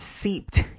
seeped